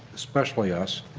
especially us.